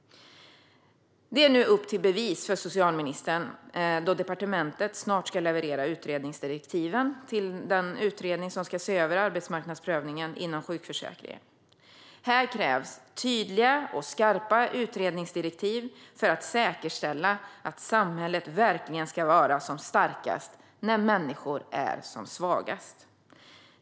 Det är nu upp till bevis för socialministern då departementet snart ska utfärda utredningsdirektiven till den utredning som ska se över arbetsmarknadsprövning inom sjukförsäkringen. Här krävs tydliga och skarpa utredningsdirektiv för att säkerställa att samhället verkligen ska vara som starkast när människor är som svagast.